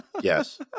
Yes